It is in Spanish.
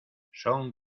son